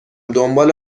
دنبال